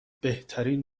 بهترین